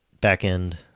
back-end